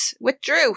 withdrew